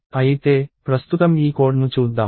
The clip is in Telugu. అయితే ప్రస్తుతం ఈ కోడ్ను చూద్దాం